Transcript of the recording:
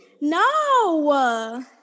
No